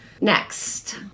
Next